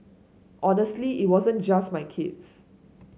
honestly it wasn't just my kids